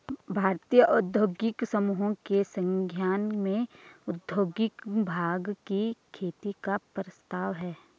भारतीय औद्योगिक समूहों के संज्ञान में औद्योगिक भाँग की खेती का प्रस्ताव है